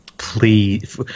Please